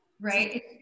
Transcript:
right